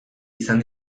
izan